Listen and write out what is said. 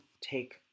take